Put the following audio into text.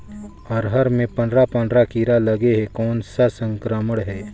अरहर मे पंडरा पंडरा कीरा लगे हे कौन सा संक्रमण हे?